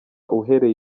uhereye